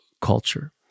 culture